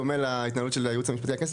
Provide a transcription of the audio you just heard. דומה להתנהלות של הייעוץ המשפטי לכנסת,